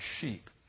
sheep